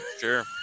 Sure